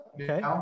Okay